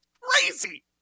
crazy